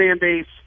base